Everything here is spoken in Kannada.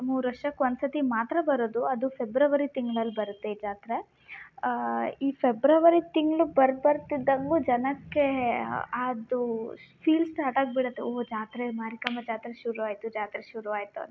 ಮೂರು ವರ್ಷಕ್ಕೆ ಒಂದು ಸತಿ ಮಾತ್ರ ಬರೋದು ಅದು ಫೆಬ್ರವರಿ ತಿಂಗ್ಳಲ್ಲಿ ಬರುತ್ತೆ ಈ ಜಾತ್ರೆ ಈ ಫೆಬ್ರವರಿ ತಿಂಗ್ಳು ಬರು ಬರ್ತಿದ್ದಂಗೂ ಜನಕ್ಕೆ ಅದು ಫೀಲ್ ಸ್ಟಾರ್ಟಾಗಿ ಬಿಡುತ್ತೆ ಓಹ್ ಜಾತ್ರೆ ಮಾರಿಕಾಂಬಾ ಜಾತ್ರೆ ಶುರುವಾಯಿತು ಜಾತ್ರೆ ಶುರುವಾಯಿತು ಅಂತ